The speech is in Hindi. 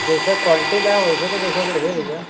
जैसे क्वाल्टी लेहा वइसे तो पैसा बढ़िए भैया